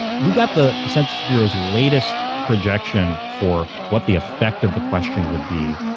we got the the census bureau's latest projection for what the effect of the question would be,